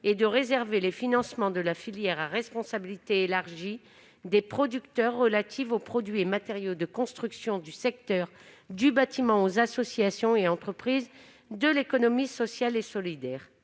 et de réserver les financements de la filière à responsabilité élargie des producteurs relative aux produits et matériaux de construction du secteur du bâtiment aux associations et entreprises de l'économie sociale et solidaire.